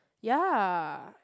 ya